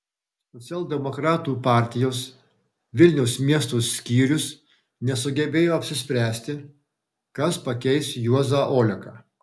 socialdemokratų partijos vilniaus miesto skyrius nesugebėjo apsispręsti kas pakeis juozą oleką